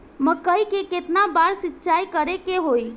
मकई में केतना बार सिंचाई करे के होई?